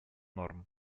норм